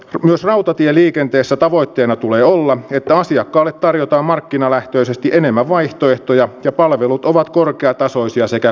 myös rautatieliikenteessä tavoitteena tulee olla että asiakkaille tarjotaan markkinalähtöisesti enemmän vaihtoehtoja ja palvelut ovat korkeatasoisia sekä kustannustehokkaita